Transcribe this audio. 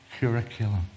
curriculum